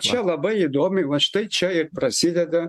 čia labai įdomiai va štai čia ir prasideda